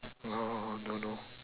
don't know